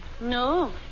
No